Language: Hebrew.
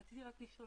רציתי רק לשאול